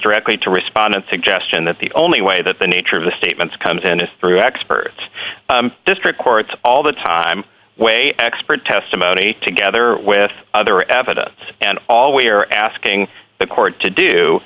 directly to respondents suggestion that the only way that the nature of the statements come in and through expert district court all the time way expert testimony together with other evidence and all we are asking the court to do